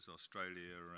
Australia